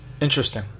Interesting